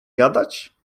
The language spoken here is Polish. gadać